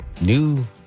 new